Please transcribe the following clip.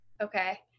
Okay